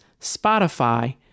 Spotify